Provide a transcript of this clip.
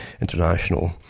international